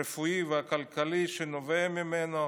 הרפואי והכלכלי שנובע ממנו,